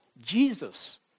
Jesus